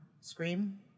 Scream